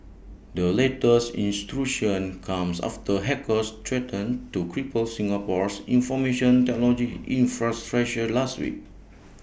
the latest intrusion comes after hackers threatened to cripple Singapore's information technology infrastructure last week